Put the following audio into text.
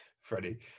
Freddie